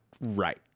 right